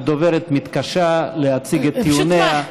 הדוברת מתקשה להציג את טיעוניה.